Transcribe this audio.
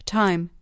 time